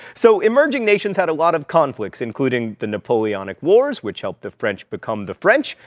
so emerging nations had a lot of conflicts, including the napoleonic wars, which helped the french become the french,